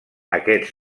aquests